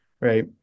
right